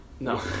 No